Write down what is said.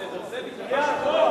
אני תיכף אגיע לדברים החיוביים.